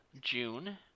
June